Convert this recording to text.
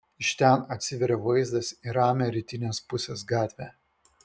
iš ten atsivėrė vaizdas į ramią rytinės pusės gatvę